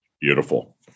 Beautiful